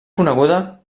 coneguda